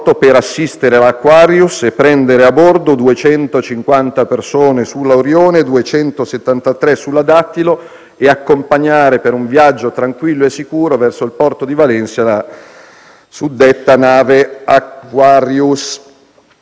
per assistere l'Aquarius e prendere a bordo 250 persone sull'Orione e 273 sulla Dattilo e accompagnare per un viaggio tranquillo e sicuro verso il porto di Valencia la suddetta nave Aquarius.